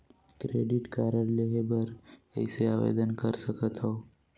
Credit card लेहे बर कइसे आवेदन कर सकथव?